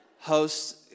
Host